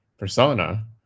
persona